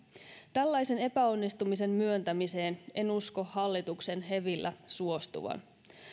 tällaisen epäonnistumisen myöntämiseen en usko hallituksen hevillä suostuvan